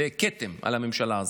זה כתם על הממשלה הזאת,